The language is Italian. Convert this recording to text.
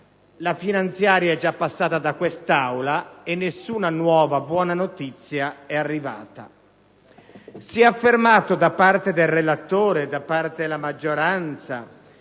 La finanziaria è già passata da quest'Aula e nessuna nuova buona notizia è arrivata. Si è affermato da parte del relatore e della maggioranza